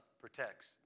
protects